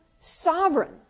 sovereign